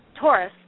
Taurus